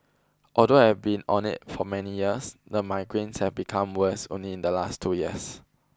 although I have been on it for many years the migraines have become worse only in the last two years